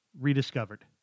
rediscovered